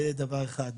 זה דבר ראשון.